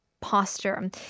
posture